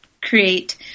create